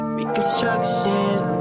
Reconstruction